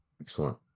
Excellent